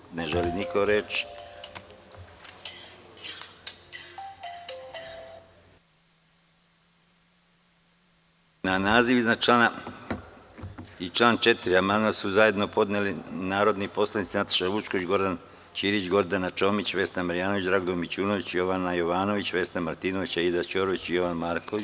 Da li neko želi reč? (Ne) Na naziv iznad člana i član 4. amandman su zajedno podneli narodni poslanici Nataša Vučković, Goran Ćirić, Gordana Čomić, Vesna Marjanović, Dragoljub Mićunović, Jovana Jovanović, Vesna Martinović, Aida Ćorović i Jovan Marković.